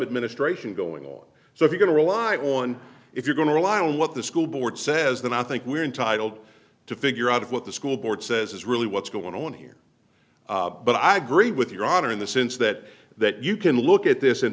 administration going on so if you can rely on if you're going to rely on what the school board says then i think we're entitled to figure out what the school board says is really what's going on here but i agree with your honor in the sense that that you can look at this